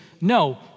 No